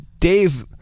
Dave